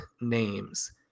names